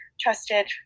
trusted